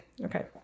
Okay